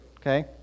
okay